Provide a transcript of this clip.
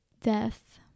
death